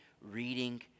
reading